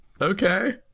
Okay